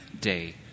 day